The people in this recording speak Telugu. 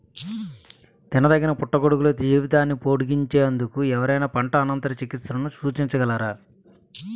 తినదగిన పుట్టగొడుగుల జీవితాన్ని పొడిగించేందుకు ఎవరైనా పంట అనంతర చికిత్సలను సూచించగలరా?